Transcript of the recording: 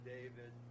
David